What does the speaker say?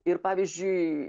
ir pavyzdžiui